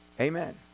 Amen